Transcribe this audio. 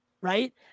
Right